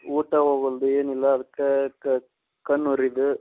ಊಟ ಹೋಗ್ವಲ್ದು ಏನಿಲ್ಲ ಅದ್ಕೆ ಕಣ್ಣು ಉರಿಯದು